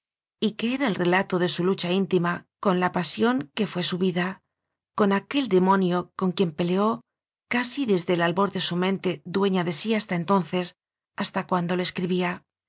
y que era el re lato de su lucha íntima con la pasión que fué su vida con aquel demonio con quien peleó casi desde el albor de su mente dueña de sí hasta entonces hasta cuando lo escribía